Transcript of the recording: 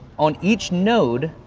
on each node,